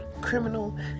criminal